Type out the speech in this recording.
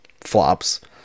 flops